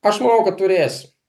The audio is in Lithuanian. aš manau kad turėsim